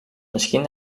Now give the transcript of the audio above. misschien